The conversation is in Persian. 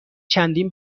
چندین